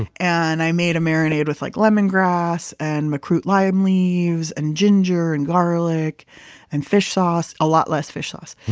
and i made a marinade with like lemongrass and makrut lime leaves and ginger and garlic and fish sauce, a lot less fish sauce